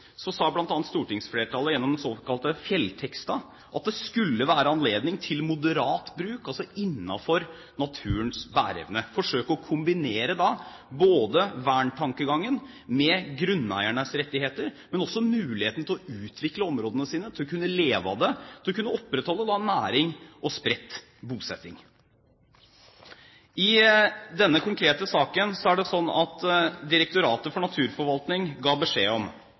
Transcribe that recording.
at det skulle være anledning til moderat bruk, altså innenfor naturens bæreevne å forsøke å kombinere verntankegangen med grunneiernes rettigheter, men også muligheten til å utvikle områdene og til å kunne leve av det, til å kunne opprettholde næring og spredt bosetting. I denne konkrete saken er det sånn at Direktoratet for naturforvaltning ga beskjed om